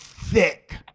thick